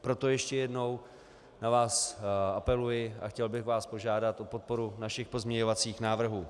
Proto ještě jednou na vás apeluji a chtěl bych vás požádat o podporu našich pozměňovacích návrhů.